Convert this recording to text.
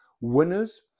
Winners